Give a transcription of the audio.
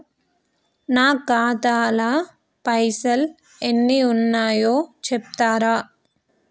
నా ఖాతా లా పైసల్ ఎన్ని ఉన్నాయో చెప్తరా?